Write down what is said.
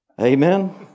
Amen